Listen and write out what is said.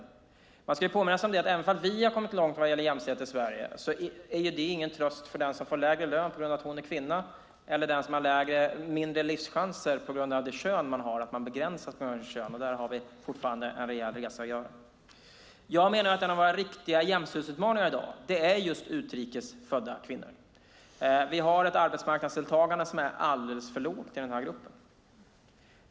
Även om vi har kommit långt i Sverige vad gäller jämställdhet är det ingen tröst för den som har lägre lön på grund av kön eller för den som får mindre livschanser på grund av kön och begränsas på grund av kön. Där har vi fortfarande en rejäl resa att göra. Jag menar att en av de riktiga jämställdhetsutmaningar vi har i dag är situationen för utrikes födda kvinnor. Vi har ett arbetsmarknadsdeltagande som är alldeles för lågt i den här gruppen.